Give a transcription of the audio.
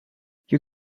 you